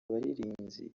abaririmbyi